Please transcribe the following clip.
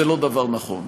זה לא דבר נכון.